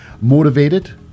motivated